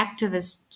activists